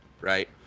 right